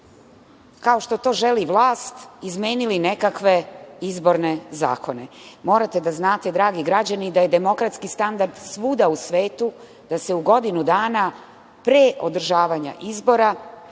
kao što to želi vlast, izmenili nekakve izborne zakone. Morate da znate, dragi građani, da je demokratski standard svuda u svetu da se u godinu dana pre održavanja izbora